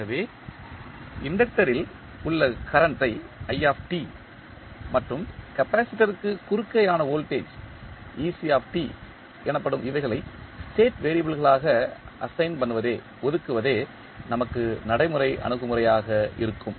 ஆகவே இண்டக்டர் ல் உள்ள கரண்ட் ஐ மற்றும் கப்பாசிட்டர் க்கு குறுக்கேயான வோல்டேஜ் எனப்படும் இவைகளை ஸ்டேட் வெறியபிள்களாக ஒதுக்குவதே நமக்கு நடைமுறை அணுகுமுறையாக இருக்கும்